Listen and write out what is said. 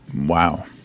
Wow